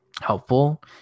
helpful